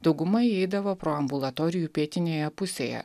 dauguma įeidavo pro ambulatorijų pietinėje pusėje